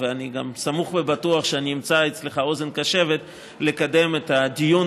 ואני גם סמוך ובטוח שאני אמצא אצלך אוזן קשבת לקדם את הדיון